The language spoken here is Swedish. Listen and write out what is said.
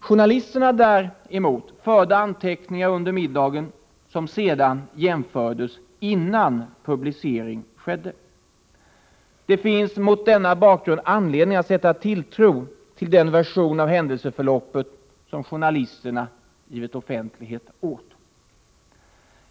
Journalisterna däremot förde under middagen anteckningar, som sedan jämfördes innan publicering skedde. Det finns mot denna bakgrund anledning att sätta tilltro till den version av händelseförloppet som journalisterna har givit offentlighet åt.